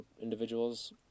individuals